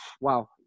wow